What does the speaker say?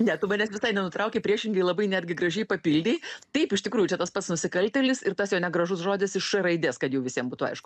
ne tu manęs visai nenutraukei priešingai labai netgi gražiai papildei taip iš tikrųjų čia tas pats nusikaltėlis ir tas jo negražus žodis iš š raidės kad jau visiem būtų aišku